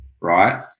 Right